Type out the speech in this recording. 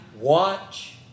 watch